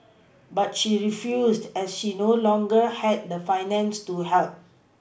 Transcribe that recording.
but she refused as she no longer had the finances to help